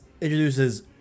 introduces